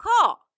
call